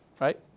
right